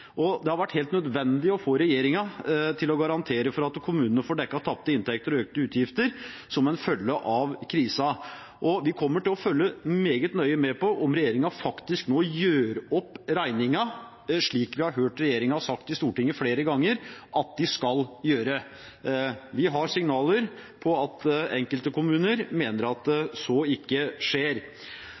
falt. Det har vært helt nødvendig å få regjeringen til å garantere for at kommunene får dekket tapte inntekter og økte utgifter som følge av krisen. Vi kommer til å følge meget nøye med på om regjeringen faktisk nå gjør opp regningen, slik vi har hørt regjeringen si i Stortinget flere ganger at de skal gjøre. Vi har signaler om at enkelte kommuner mener at så ikke skjer.